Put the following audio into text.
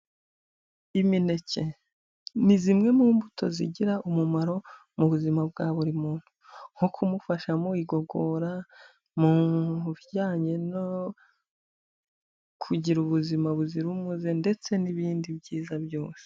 Imineke ni zimwe mu mbuto zigira umumaro mu buzima bwa buri muntu nko kumufasha mu igogora, mu bijyanye no kugira ubuzima buzira umuze ndetse n'ibindi byiza byose.